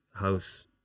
House